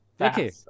Okay